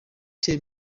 tell